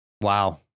Wow